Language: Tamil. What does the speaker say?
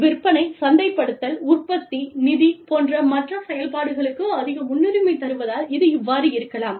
விற்பனை சந்தைப்படுத்தல் உற்பத்தி நிதி போன்ற மற்ற செயல்பாடுகளுக்கு அதிக முன்னுரிமை தருவதால் இது இவ்வாறு இருக்கலாம்